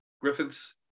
Griffith's